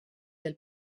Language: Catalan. del